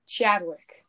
Chadwick